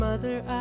Mother